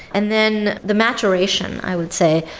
and then the maturation, i would say,